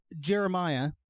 Jeremiah